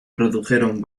produjeron